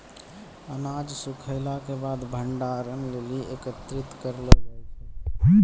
अनाज सूखैला क बाद भंडारण लेलि एकत्रित करलो जाय छै?